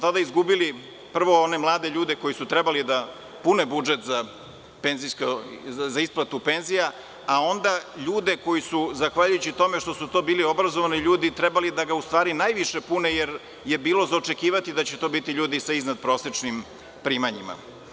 Tada smo izgubili one mlade ljude koji su trebali da pune budžet za isplatu penzija, a onda ljude, koji su zahvaljujući tome, što su to bili obrazovani ljudi, trebali da najviše pune, jer je bilo za očekivati da će to biti ljudi sa iznad prosečnim primanjima.